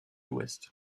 ouest